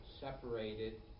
separated